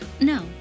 No